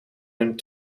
hun